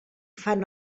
fan